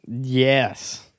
Yes